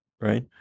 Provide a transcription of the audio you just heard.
right